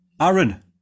Aaron